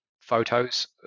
photos